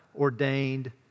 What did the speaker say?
ordained